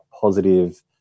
positive